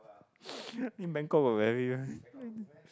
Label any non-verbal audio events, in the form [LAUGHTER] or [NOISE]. [NOISE] in Bangkok got very